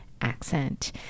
accent